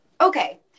Okay